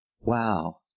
Wow